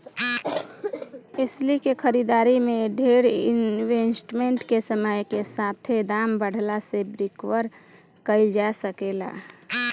एस्ली के खरीदारी में डेर इन्वेस्टमेंट के समय के साथे दाम बढ़ला से रिकवर कईल जा सके ला